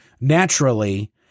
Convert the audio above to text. Naturally